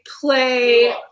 play